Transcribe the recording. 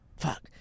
fuck